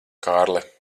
kārli